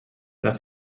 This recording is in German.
dass